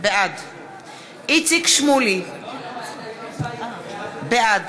בעד איציק שמולי, בעד